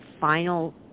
final